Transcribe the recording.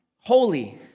holy